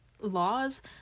laws